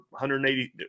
180